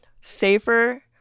safer